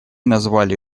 назвали